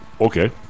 Okay